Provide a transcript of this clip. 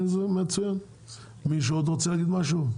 עוד מישהו רוצה להגיד משהו?